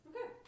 Okay